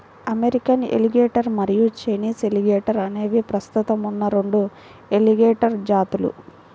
American alligator మరియు Chinese alligator అనేవి ప్రస్తుతం ఉన్న రెండు ఎలిగేటర్ జాతులు